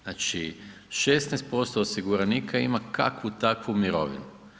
Znači 16% osiguranika ima kakvu takvu mirovinu.